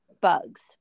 bugs